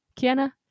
kiana